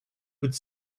would